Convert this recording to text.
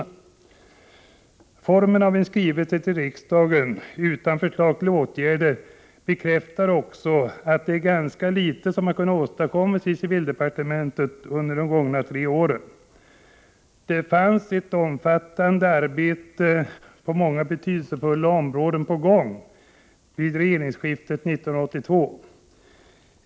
Att välja att lägga fram ett dokument i form av en skrivelse till riksdagen utan förslag till åtgärder bekräftar också att det är ganska litet som man har kunnat åstadkomma i civildepartementet under de gångna tre åren. Ett omfattande arbete hade igångsatts på många betydelsefulla områden vid regeringsskiftet 1982.